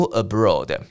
abroad 。